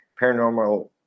paranormal